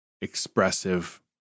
expressive